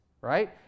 right